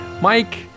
Mike